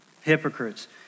hypocrites